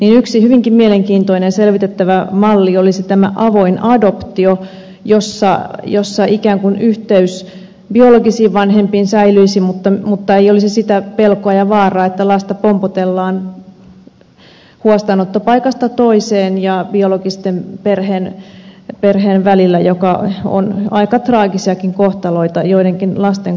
yksi hyvinkin mielenkiintoinen selvitettävä malli olisi tämä avoin adoptio jossa yhteys biologisiin vanhempiin ikään kuin säilyisi mutta ei olisi sitä pelkoa ja vaaraa että lasta pompoteltaisiin huostaanottopaikasta toiseen ja biologisen perheen välillä mikä on aika traagisiakin kohtaloita joidenkin lasten kannalta tehnyt